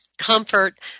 comfort